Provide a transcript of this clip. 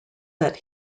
that